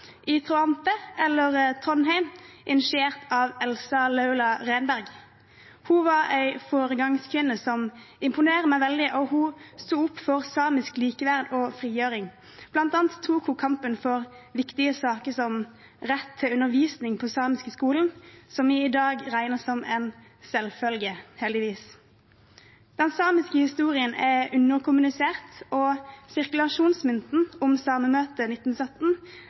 i Tråante – eller Trondheim – initiert av Elsa Laula Renberg. Hun var en foregangskvinne som imponerer meg veldig. Hun sto opp for samisk likeverd og frigjøring. Blant annet tok hun kampen for viktige saker som rett til undervisning på samisk i skolen, som vi i dag regner som en selvfølge – heldigvis. Den samiske historien er underkommunisert, og sirkulasjonsmynten om samemøtet 1917